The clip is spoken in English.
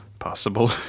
Possible